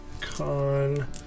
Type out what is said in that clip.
con